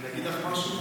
אני אגיד לך משהו?